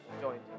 joined